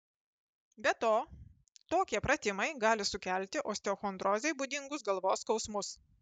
be to tokie pratimai gali sukelti osteochondrozei būdingus galvos skausmus